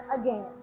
again